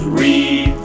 read